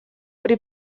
при